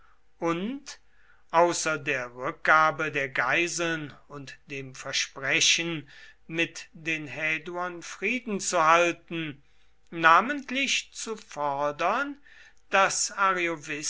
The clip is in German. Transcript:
und außer der rückgabe der geiseln und dem versprechen mit den häduern frieden zu halten namentlich zu fordern daß